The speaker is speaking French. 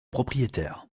propriétaire